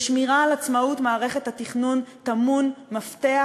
בשמירה על עצמאות מערכת התכנון טמון מפתח